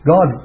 God